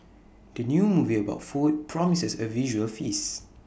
the new movie about food promises A visual feast